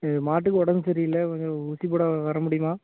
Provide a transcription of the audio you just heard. எங்கள் மாட்டுக்கு உடம்பு சரியில்லை கொஞ்சம் ஊசிப்போட வர முடியுமா